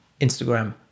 instagram